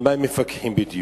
על מה הם מפקחים בדיוק,